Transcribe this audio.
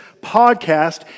podcast